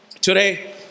today